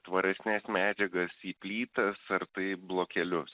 tvaresnės medžiagas į plytas ar tai blokelius